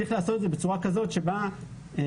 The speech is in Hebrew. צריך לעשות את זה בצורה כזאת שבה לא